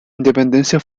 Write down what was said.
independencia